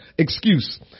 Excuse